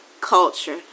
culture